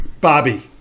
Bobby